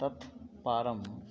तत् पारं